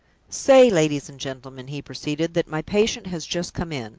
say, ladies and gentlemen, he proceeded, that my patient has just come in.